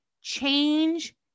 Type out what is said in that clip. Change